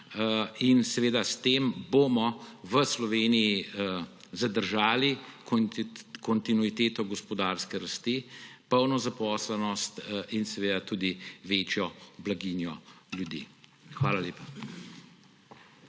tveganja. S tem bomo v Sloveniji zadržali kontinuiteto gospodarske rasti, polno zaposlenost in tudi večjo blaginjo ljudi. Hvala lepa.